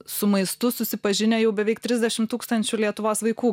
su maistu susipažinę jau beveik trisdešim tūkstančių lietuvos vaikų